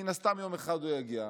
ומין הסתם יום אחד הוא יגיע,